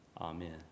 Amen